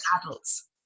adults